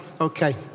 Okay